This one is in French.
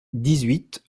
dix